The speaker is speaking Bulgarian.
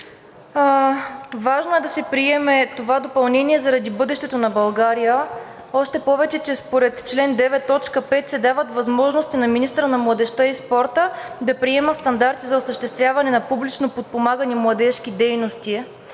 Важно е да се приеме това допълнение заради бъдещето на България, още повече че според чл. 9, т. 5 се дават възможности на министъра на младежта и спорта да приема стандарти за осъществяване на публично подпомагане на младежки дейности.